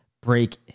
break